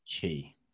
key